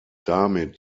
damit